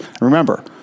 Remember